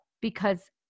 because-